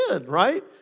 right